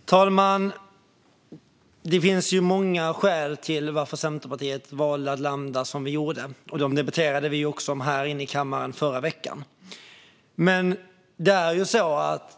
Fru talman! Det finns många skäl till att Centerpartiet valde att landa som vi gjorde, och de skälen debatterade vi också här i kammaren i förra veckan.